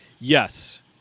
Yes